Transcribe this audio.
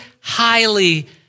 highly